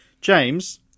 James